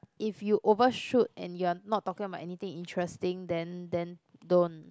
if you overshoot and you're not talking about anything interesting then then don't